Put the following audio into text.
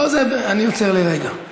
אני עוצר לרגע.